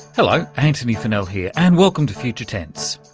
hello, antony funnell here and welcome to future tense.